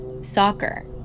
soccer